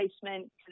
placement